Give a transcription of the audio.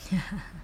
ya